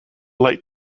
light